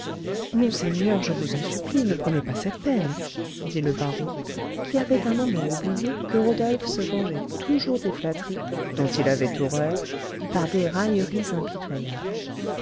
monseigneur je vous en supplie ne prenez pas cette peine dit le baron qui avait un moment oublié que rodolphe se vengeait toujours des flatteries dont il avait horreur par des railleries impitoyables